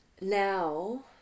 now